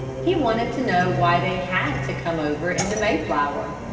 he wanted to know why they had to come over in the mayflower.